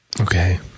Okay